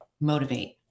motivate